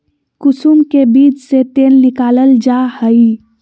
कुसुम के बीज से तेल निकालल जा हइ